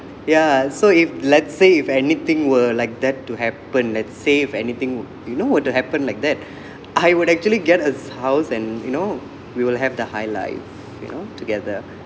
ya so if let's say if anything were like that to happen let's say if anything you know were to happen like that I would actually get a house and you know we will have the highlight you know together